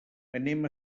anem